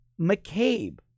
McCabe